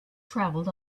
traveled